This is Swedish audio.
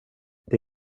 det